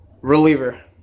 Reliever